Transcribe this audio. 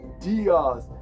Diaz